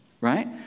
right